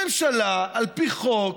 הממשלה, על פי חוק,